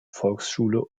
volksschule